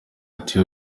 ati